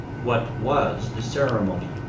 what was the ceremony?